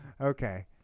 Okay